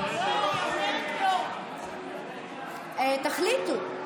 לא שמית, תחליטו.